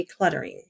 decluttering